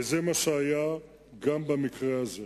וזה מה שהיה גם במקרה הזה.